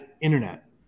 internet